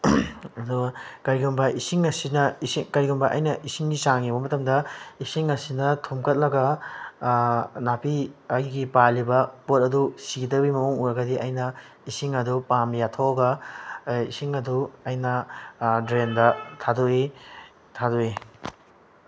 ꯑꯗꯨꯒ ꯀꯩꯒꯨꯝꯕ ꯏꯁꯤꯡ ꯑꯁꯤꯅ ꯏꯁꯤꯡ ꯀꯩꯒꯨꯝꯕ ꯑꯩꯅ ꯏꯁꯤꯡꯒꯤ ꯆꯥꯡ ꯌꯦꯡꯉꯨꯕ ꯃꯇꯝꯗ ꯏꯁꯤꯡ ꯑꯁꯤꯅ ꯊꯨꯝꯀꯠꯂꯒ ꯅꯥꯄꯤ ꯑꯩꯒꯤ ꯄꯥꯜꯂꯤꯕ ꯄꯣꯠ ꯑꯗꯨ ꯁꯤꯒꯗꯧꯕꯒꯤ ꯃꯑꯣꯡ ꯎꯔꯒꯗꯤ ꯑꯩꯅ ꯏꯁꯤꯡ ꯑꯗꯨ ꯄꯥꯝ ꯌꯥꯠꯊꯣꯛꯑꯒ ꯏꯁꯤꯡ ꯑꯗꯨ ꯑꯩꯅ ꯗ꯭ꯔꯦꯟꯗ ꯊꯥꯗꯣꯛꯏ ꯊꯥꯗꯣꯛꯏ